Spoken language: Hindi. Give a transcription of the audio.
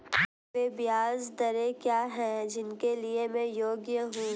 वे ब्याज दरें क्या हैं जिनके लिए मैं योग्य हूँ?